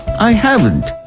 i haven't?